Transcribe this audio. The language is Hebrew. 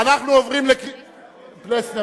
פלסנר,